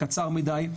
קצר מדי.